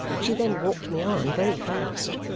she then walked me on very fast.